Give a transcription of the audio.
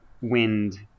wind